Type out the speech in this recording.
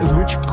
rich